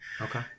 Okay